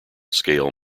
scale